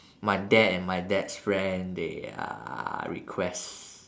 my dad and my dad's friend they uh request